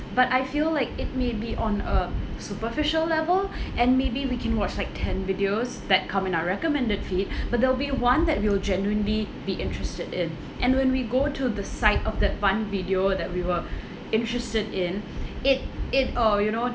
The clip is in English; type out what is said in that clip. but I feel like it may be on a superficial level and maybe we can watch like ten videos that come in our recommended feed but there'll be one that we'll genuinely be interested in and when we go to the side of that one video that we were interested in it it or you know